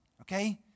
Okay